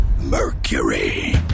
Mercury